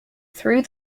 through